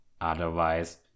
Otherwise